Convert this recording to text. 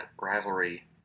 rivalry